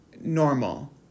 normal